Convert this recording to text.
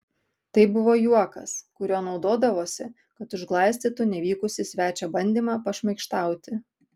tai buvo juokas kuriuo naudodavosi kad užglaistytų nevykusį svečio bandymą pašmaikštauti